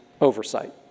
oversight